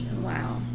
Wow